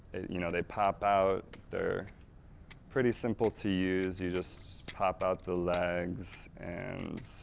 you know they pop out, they're pretty simple to use. you just pop out the legs and,